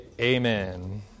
Amen